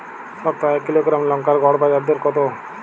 সপ্তাহে এক কিলোগ্রাম লঙ্কার গড় বাজার দর কতো?